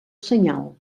senyal